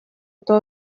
эту